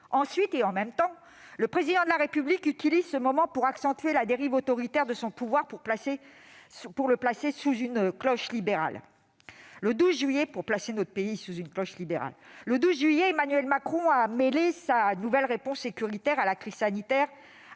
Ensuite, et « en même temps », le Président de la République utilise ce moment pour accentuer la dérive autoritaire de son pouvoir et placer notre pays sous une cloche libérale. Le 12 juillet dernier, il a mêlé sa nouvelle réponse sécuritaire pour contrer la crise sanitaire